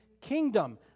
kingdom